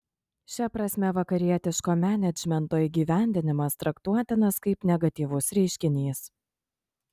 šia prasme vakarietiško menedžmento įgyvendinimas traktuotinas kaip negatyvus reiškinys